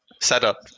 setup